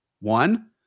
One